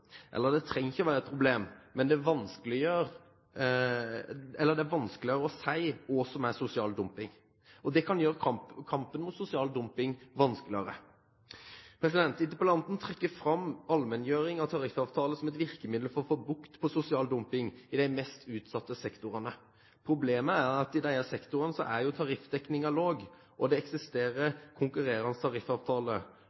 Det trenger ikke å være et problem, men det gjør det vanskeligere å si hva som er sosial dumping. Det kan gjøre kampen mot sosial dumping vanskeligere. Interpellanten trekker fram allmenngjøring av tariffavtaler som et virkemiddel for å få bukt med sosial dumping i de mest utsatte sektorene. Problemet er at i disse sektorene er tariffdekningen lav, og at det